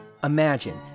Imagine